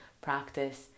practice